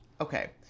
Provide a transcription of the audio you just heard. okay